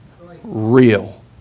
real